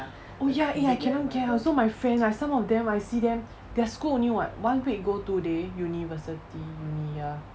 oh ya ya I cannot get so my friend ah some of them I see them their school only what one week go two day university uni ah